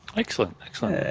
excellent, excellent.